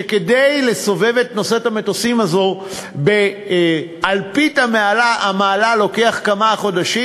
כדי לסובב את נושאת המטוסים הזאת באלפית המעלה לוקח כמה חודשים.